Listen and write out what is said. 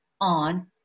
on